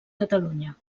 catalunya